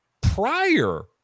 prior